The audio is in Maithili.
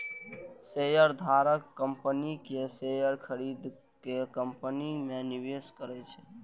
शेयरधारक कंपनी के शेयर खरीद के कंपनी मे निवेश करै छै